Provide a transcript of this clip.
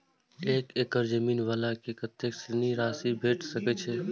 एक एकड़ जमीन वाला के कतेक ऋण राशि भेट सकै छै?